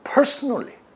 Personally